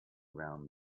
around